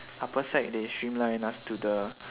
upper sec they streamline us to the